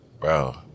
Bro